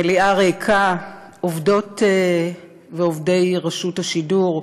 מליאה ריקה, עובדות ועובדי רשות השידור,